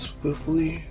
Swiftly